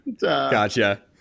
Gotcha